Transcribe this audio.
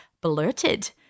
blurted